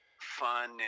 fun